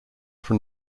from